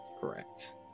Correct